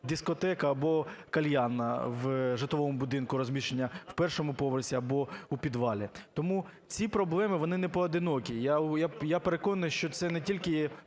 дискотека, або кальянна в житловому будинку розміщена на першому поверсі або у підвалі. Тому ці проблеми вони непоодинокі. Я переконаний, що це не тільки